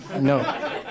No